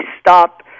stop